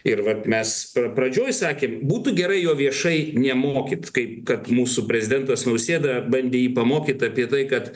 ir vat mes pradžioj sakėm būtų gerai jo viešai nemokyt kaip kad mūsų prezidentas nausėda bandė jį pamokyt apie tai kad